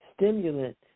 stimulant